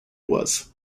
was